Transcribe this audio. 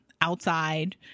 outside